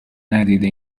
ندیده